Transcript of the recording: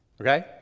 Okay